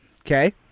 Okay